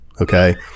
okay